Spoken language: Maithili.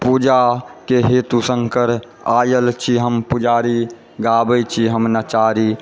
पूजाके हेतु शङ्कर आयल छी हम पुजारी गाबै छी हम नचारी